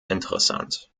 interessant